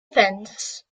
fence